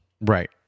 Right